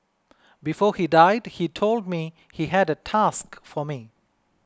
before he died he told me he had a task for me